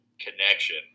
connection